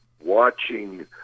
watching